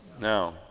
Now